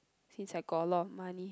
since I got a lot of money